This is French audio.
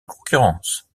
concurrence